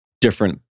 different